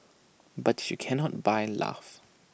but you cannot buy love